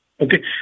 Okay